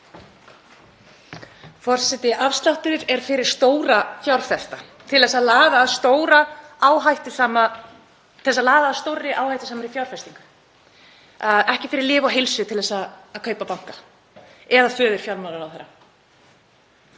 Forseti. Afsláttur er fyrir stóra fjárfesta, til að laða að stórri áhættusamri fjárfestingu, ekki fyrir Lyf og heilsu til að kaupa banka eða föður fjármálaráðherra.